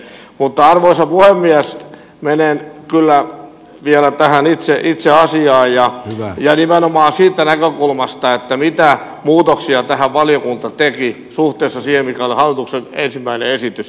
mutta arvoisa puhemies menen kyllä vielä tähän itse asiaan ja nimenomaan siitä näkökulmasta mitä muutoksia tähän valiokunta teki suhteessa siihen mikä oli hallituksen ensimmäinen esitys joka tuli eduskuntaan